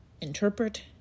interpret